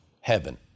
heaven